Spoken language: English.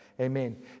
Amen